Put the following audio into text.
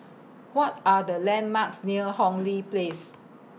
What Are The landmarks near Hong Lee Place